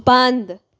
ਬੰਦ